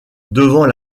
devant